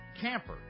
camper